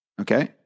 Okay